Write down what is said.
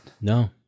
no